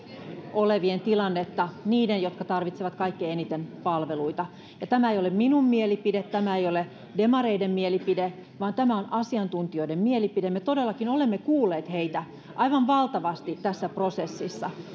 olevien tilannetta niiden jotka tarvitsevat kaikkein eniten palveluita tämä ei ole minun mielipiteeni tämä ei ei ole demareiden mielipide vaan tämä on asiantuntijoiden mielipide me todellakin olemme kuulleet heitä aivan valtavasti tässä prosessissa